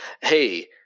hey